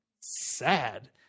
sad